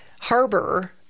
harbor